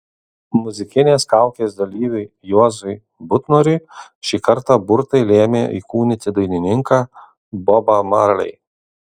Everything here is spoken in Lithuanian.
muzikinės kaukės dalyviui juozui butnoriui šį kartą burtai lėmė įkūnyti dainininką bobą marley